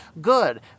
good